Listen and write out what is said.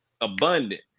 abundant